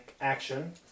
action